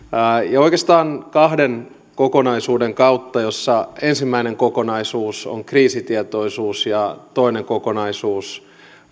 ja oikeastaan kahden kokonaisuuden kautta joista ensimmäinen kokonaisuus on kriisitietoisuus ja toinen kokonaisuus